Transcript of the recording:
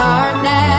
darkness